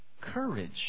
courage